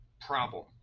problem